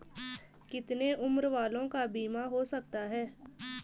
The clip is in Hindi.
कितने उम्र वालों का बीमा हो सकता है?